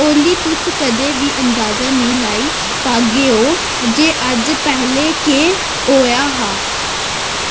ओली तुस कदें बी अंदाज़ा नेईं लाई पागेओ जे अज्ज पैह्लें केह् होआ हा